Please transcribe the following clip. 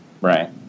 Right